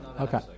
Okay